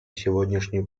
сегодняшнюю